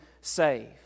save